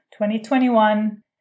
2021